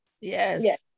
Yes